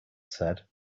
said